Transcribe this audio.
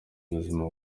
buzima